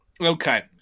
Okay